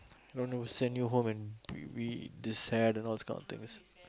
no no send you home and we we this sad and all those kind of things